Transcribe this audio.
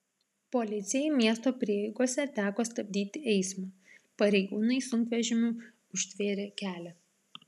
policijai miesto prieigose teko stabdyti eismą pareigūnai sunkvežimiu užtvėrė kelią